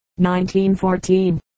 1914